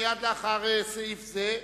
(תיקון מס' 2),